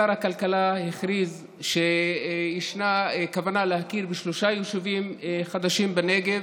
שר הכלכלה הכריז שיש כוונה להכיר בשלושה יישובים חדשים בנגב,